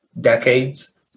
decades